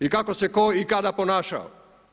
I kako se tko i kada ponašao.